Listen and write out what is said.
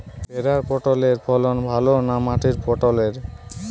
ভেরার পটলের ফলন ভালো না মাটির পটলের?